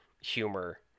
humor